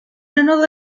another